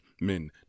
men